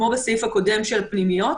כמו בסעיף הקודם של הפנימיות.